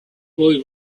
boy